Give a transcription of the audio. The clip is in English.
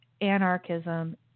anarchism